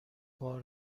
بار